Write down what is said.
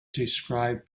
described